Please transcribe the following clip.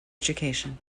education